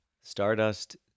Stardust